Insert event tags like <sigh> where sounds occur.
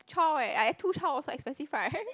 child eh I two child also expensive right <laughs>